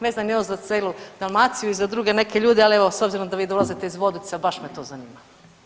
Vezan još i za cijelu Dalmaciju i za druge neke ljude, ali evo, s obzirom da vi dolazite iz Vodica, baš me to zanima.